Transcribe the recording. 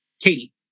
Katie